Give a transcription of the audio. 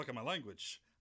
language